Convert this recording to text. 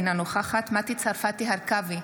אינה נוכחת מטי צרפתי הרכבי,